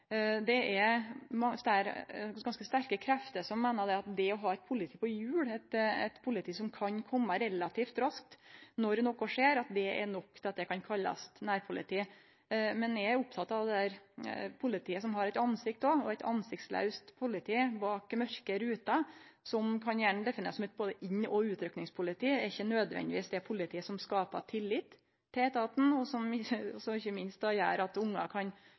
Det er ganske sterke krefter som meiner at det å ha eit politi på hjul, eit politi som kan kome relativt raskt når noko skjer, er nok til at det kan kallast «nærpoliti». Eg er oppteken av det politiet som òg har eit ansikt. Eit ansiktslaust politi bak mørke ruter, som igjen kan definerast som både eit innrykkings- og eit utrykkingspoliti, er ikkje nødvendigvis det politiet som skaper tillit til etaten, og som – ikkje minst – gjer at ungar kan